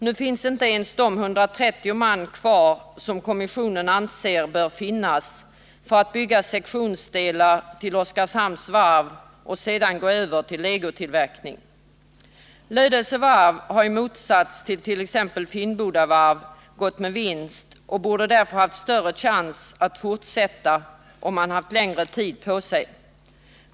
Nu finns inte ens de 130 man kvar som kommissionen anser bör finnas för att bygga sektionsdelar till Oskarshamns Varv och sedan gå över till legotillverkning. Lödöse Varf har i motsats tillt.ex. Finnboda Varv gått med vinst och borde därför haft större chans att fortsätta om man haft längre tid på sig.